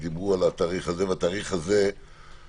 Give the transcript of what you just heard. ודיברו על התאריך הזה והוא משמעותי,